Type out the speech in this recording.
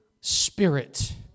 spirit